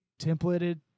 templated